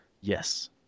Yes